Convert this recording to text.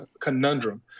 conundrum